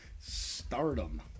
Stardom